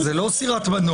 זאת לא סירת מנוע.